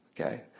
Okay